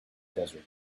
desert